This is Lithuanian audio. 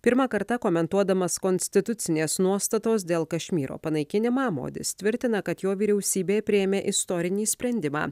pirmą kartą komentuodamas konstitucinės nuostatos dėl kašmyro panaikinimą modis tvirtina kad jo vyriausybė priėmė istorinį sprendimą